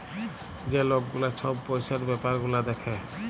যে লক গুলা ছব পইসার ব্যাপার গুলা দ্যাখে